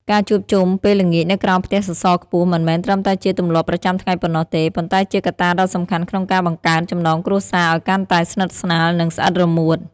ការជួបជុំពេលល្ងាចនៅក្រោមផ្ទះសសរខ្ពស់មិនមែនត្រឹមតែជាទម្លាប់ប្រចាំថ្ងៃប៉ុណ្ណោះទេ ប៉ុន្តែជាកត្តាដ៏សំខាន់ក្នុងការបង្កើនចំណងគ្រួសារឱ្យកាន់តែស្និទ្ធស្នាល និងស្អិតរមួត។